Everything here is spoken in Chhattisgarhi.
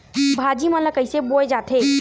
भाजी मन ला कइसे बोए जाथे?